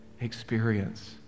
experience